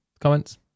comments